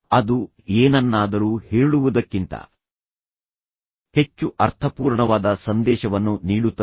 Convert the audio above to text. ಅದು ಏನನ್ನಾದರೂ ಹೇಳುವುದಕ್ಕಿಂತ ಹೆಚ್ಚು ಅರ್ಥಪೂರ್ಣವಾದ ಸಂದೇಶವನ್ನು ನೀಡುತ್ತದೆ